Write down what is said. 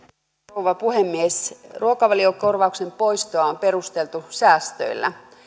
rouva puhemies ruokavaliokorvauksen poistoa on perusteltu säästöillä